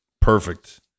Perfect